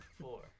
four